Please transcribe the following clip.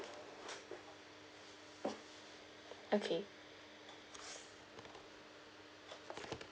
okay